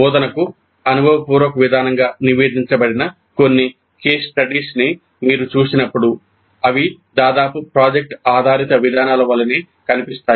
బోధనకు అనుభవపూర్వక విధానంగా నివేదించబడిన కొన్ని కేస్ స్టడీస్ను మీరు చూసినప్పుడు అవి దాదాపు ప్రాజెక్ట్ ఆధారిత విధానాల వలె కనిపిస్తాయి